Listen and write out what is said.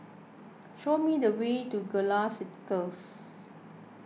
show me the way to Gallop Circus